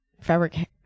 fabric